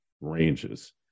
ranges